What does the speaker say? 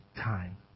time